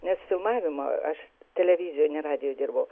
nes filmavimo aš televizijoj ne radijoj dirbau